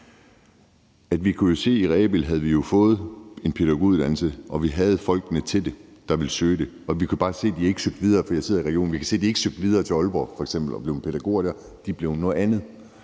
siger, er, at i Rebild havde vi fået en pædagoguddannelse, og vi havde folk, der ville søge den, men vi kunne bare se – det ved jeg, for jeg sidder i regionen – at de ikke søgte videre til f.eks. Aalborg og blev pædagoger der. De blev noget andet.